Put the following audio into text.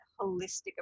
holistic